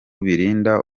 birinda